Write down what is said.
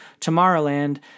Tomorrowland